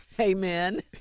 Amen